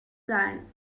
sein